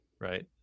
right